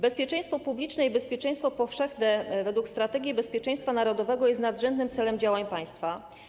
Bezpieczeństwo publiczne i bezpieczeństwo powszechne według „Strategii bezpieczeństwa narodowego” jest nadrzędnym celem działania państwa.